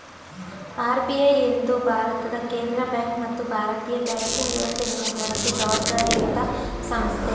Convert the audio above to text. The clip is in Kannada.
ಆರ್.ಬಿ.ಐ ಎಂದು ಭಾರತದ ಕೇಂದ್ರ ಬ್ಯಾಂಕ್ ಮತ್ತು ಭಾರತೀಯ ಬ್ಯಾಂಕಿಂಗ್ ವ್ಯವಸ್ಥೆ ನಿಯಂತ್ರಣಕ್ಕೆ ಜವಾಬ್ದಾರಿಯತ ಸಂಸ್ಥೆ